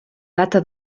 data